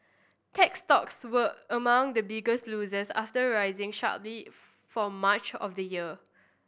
tech stocks were among the biggest losers after rising sharply for much of the year